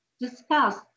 discuss